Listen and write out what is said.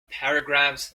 paragraphs